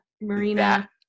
Marina